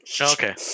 Okay